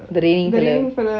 the raining fellow